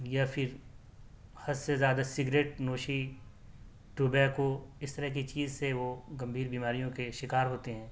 یا پھر حد سے زیادہ سگریٹ نوشی ٹوبیکو اس طرح کی چیز سے وہ گمبھیر بیماریوں کے شکار ہوتے ہیں